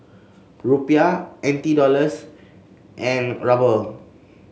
Rupiah N T Dollars and Ruble